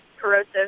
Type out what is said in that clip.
corrosive